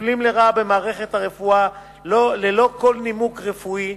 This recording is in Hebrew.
מופלים לרעה במערכת הרפואה ללא כל נימוק רפואי.